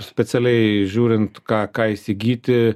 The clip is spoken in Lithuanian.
specialiai žiūrint ką ką įsigyti